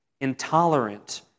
intolerant